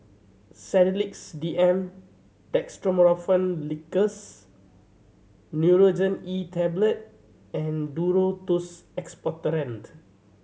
Sedilix D M Dextromethorphan Linctus Nurogen E Tablet and Duro Tuss Expectorant